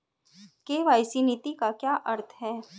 KYC नीति का क्या अर्थ है?